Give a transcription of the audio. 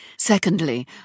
Secondly